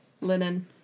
linen